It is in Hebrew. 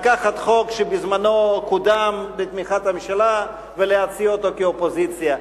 לקחת חוק שבזמנו קודם בתמיכת הממשלה ולהציע אותו כאופוזיציה.